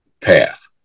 path